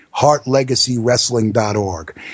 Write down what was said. HeartLegacyWrestling.org